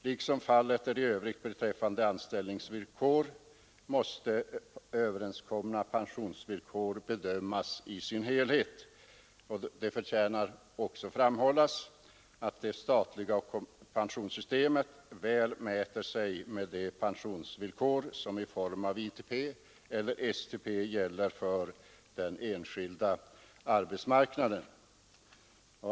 Liksom anställningsvillkor i allmänhet måste överenskomna pensionsvillkor bedömas i sin helhet. Det förtjänar också framhållas att det statliga pensionssystemet väl mäter sig med de pensionsvillkor som i form av ITP eller STP gäller för den enskilda arbetsmarknaden.